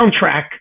soundtrack